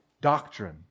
doctrine